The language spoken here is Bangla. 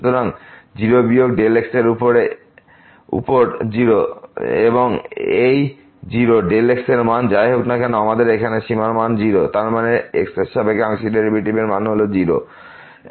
সুতরাং 0 বিয়োগ x এর উপর 0 এবংএই 0 x' এর মান যাই হোক না কেন আমাদের এখানে এই সীমার মান 0 হয় তার মানে x এর সাপেক্ষে আংশিক ডেরিভেটিভ হল 0